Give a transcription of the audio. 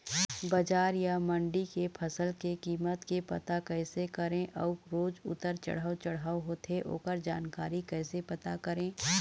बजार या मंडी के फसल के कीमत के पता कैसे करें अऊ रोज उतर चढ़व चढ़व होथे ओकर जानकारी कैसे पता करें?